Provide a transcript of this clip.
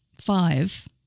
five